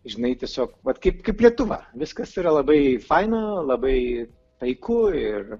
žinai tiesiog vat kaip kaip lietuva viskas yra labai faina labai taiku ir